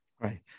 Right